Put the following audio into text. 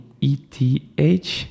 ETH